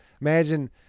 Imagine